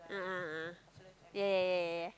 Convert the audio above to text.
a'ah a'ah a'ah yeah yeah yeah